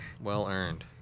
Well-earned